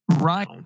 Right